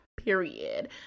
period